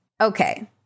okay